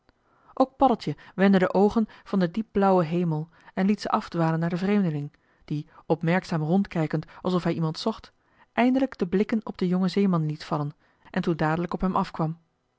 paddeltje wendde de oogen van den diep joh h been paddeltje de scheepsjongen van michiel de ruijter blauwen hemel en liet ze afdwalen naar den vreemdeling die opmerkzaam rondkijkend alsof hij iemand zocht eindelijk de blikken op den jongen zeeman liet vallen en toen dadelijk op hem afkwam